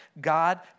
God